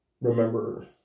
remember